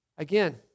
Again